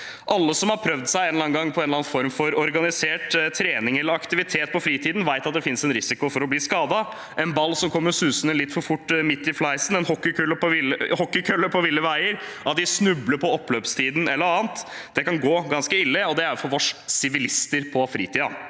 Alle som en eller annen gang har prøvd seg på en eller annen form for organisert trening eller aktivitet på fritiden, vet at det finnes en risiko for å bli skadet. En ball som kommer susende litt for fort midt i fleisen, en hockeykølle på ville veier, å snuble på oppløpssiden eller annet – det kan gå ganske ille, og det er for oss sivilister på fritiden.